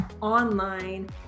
online